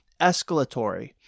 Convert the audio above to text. escalatory